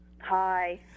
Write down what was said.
Hi